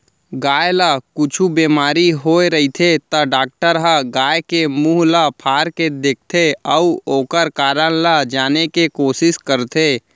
गाय ल कुछु बेमारी होय रहिथे त डॉक्टर ह गाय के मुंह ल फार के देखथें अउ ओकर कारन ल जाने के कोसिस करथे